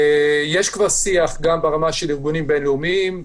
יש כבר שיח גם ברמה של ארגונים בין לאומיים,